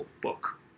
book